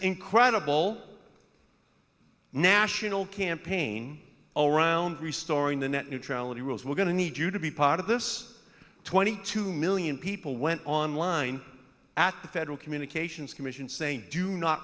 incredible national campaign all round restoring the net neutrality rules we're going to need you to be part of this twenty two million people went online at the federal communications commission saying do not